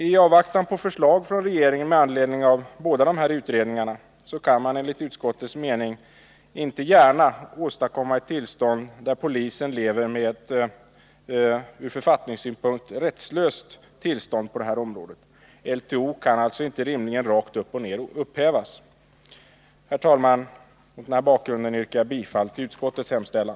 I avvaktan på förslag från regeringen i anledning av dessa båda utredningar kan enligt utskottets mening polisen inte gärna leva i ett från författningssynpunkt rättslöst tillstånd på detta område. LTO kan alltså inte rimligen upphävas rakt upp och ner. Fru talman! Mot denna bakgrund yrkar jag bifall till utskottets hemställan.